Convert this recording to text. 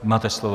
Máte slovo.